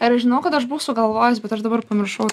ir aš žinau kad aš buvau sugalvojus bet aš dabar pamiršau